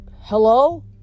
Hello